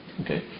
Okay